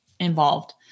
Involved